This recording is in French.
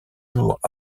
jours